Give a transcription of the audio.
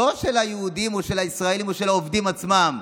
לא של היהודים או של הישראלים או של העובדים עצמם,